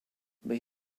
bay